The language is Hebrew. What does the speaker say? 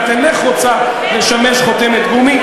ואת אינך רוצה לשמש חותמת גומי.